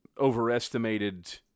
overestimated